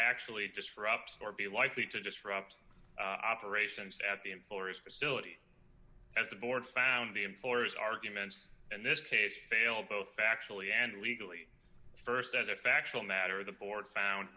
actually disrupt or be likely to disrupt operations at the employer's facility as the board found the employers arguments in this case fail both factually and legally st as a factual matter the board found